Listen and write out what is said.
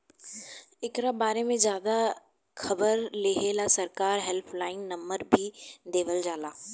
एकरा बारे में ज्यादे खबर लेहेला सरकार हेल्पलाइन नंबर भी देवल जाला